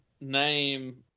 name